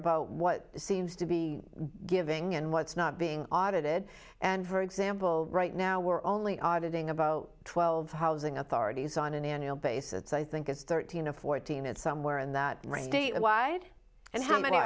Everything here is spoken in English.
about what seems to be giving and what's not being audited and for example right now we're only auditing about twelve housing authorities on an annual basis i think it's thirteen or fourteen it's somewhere in that state why and how many